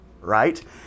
right